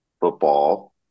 football